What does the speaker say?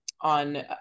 on